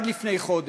עד לפני חודש.